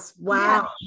Wow